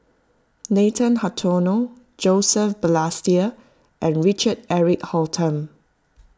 Nathan Hartono Joseph Balestier and Richard Eric Holttum